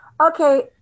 okay